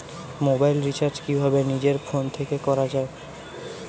Mobile recharge কিভাবে নিজের phone থেকে করা য়ায়?